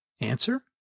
Answer